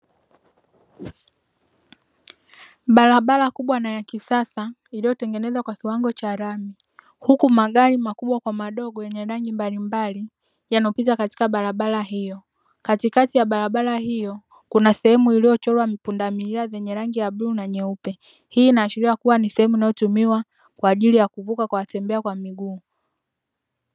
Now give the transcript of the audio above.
Barabara kubwa na ya kisasa iliyotengenezwa kwa kiwango cha lami, huku magari makubwa kwa madogo yenye rangi mbalimbali yanapita katika barabara hiyo. Katikati ya barabara hiyo kuna sehemu iliyochorwa pundamilia zenye rangi ya bluu na nyeupe, hii inaashiria kuwa ni sehemu inayotumiwa kwa ajili ya kuvuka kwa watembea miguu.